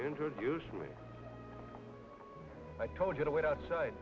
introduced when i told you to wait outside